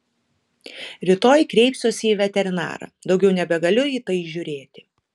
rytoj kreipsiuosi į veterinarą daugiau nebegaliu į tai žiūrėti